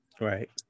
Right